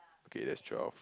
okay that's twelve